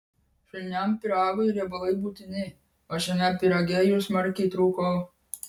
švelniam pyragui riebalai būtini o šiame pyrage jų smarkiai trūko